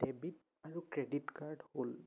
debit আৰু credit card হ'ল